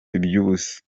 iby’ubusa